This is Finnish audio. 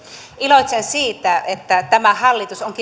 iloitsen siitä että tämä hallitus on kirjannut